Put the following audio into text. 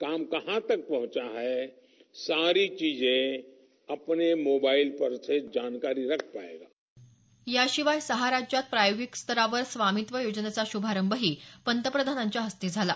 काम कहां तक पहंचा है सारी चीजें अपने मोबाईल परसे जानकारी रख पाएगा याशिवाय सहा राज्यात प्रायोगिक स्तरावर स्वामित्व योजनेचा श्रभारंही पंतप्रधानाच्या हस्ते झाला